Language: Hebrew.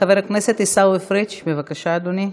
חבר הכנסת עיסאווי פריג', בבקשה אדוני.